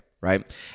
right